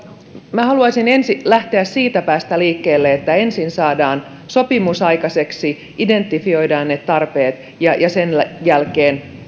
minä haluaisin ensin lähteä siitä päästä liikkeelle että ensin saadaan sopimus aikaiseksi identifioidaan ne tarpeet ja sen jälkeen